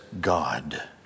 God